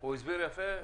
הוא הסביר יפה?